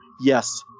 yes